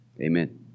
Amen